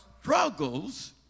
struggles